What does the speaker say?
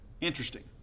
Interesting